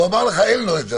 הוא אמר לך שאין לו את זה.